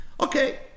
okay